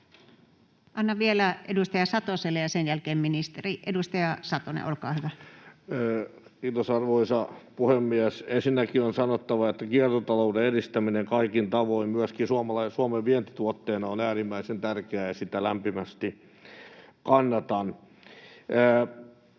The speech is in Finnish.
ja eräiden siihen liittyvien lakien muuttamisesta Time: 16:58 Content: Kiitos, arvoisa puhemies! Ensinnäkin on sanottava, että kiertotalouden edistäminen kaikin tavoin myöskin Suomen vientituotteena on äärimmäisen tärkeää ja sitä lämpimästi kannatan.